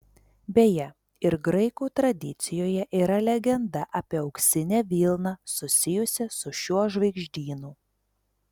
beje ir graikų tradicijoje yra legenda apie auksinę vilną susijusią su šiuo žvaigždynu